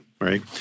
right